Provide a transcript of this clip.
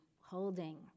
holding